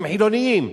הם חילונים,